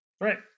Right